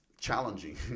challenging